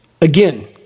again